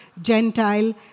Gentile